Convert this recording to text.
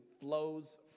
flows